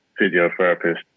physiotherapist